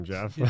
Jeff